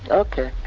ah okay.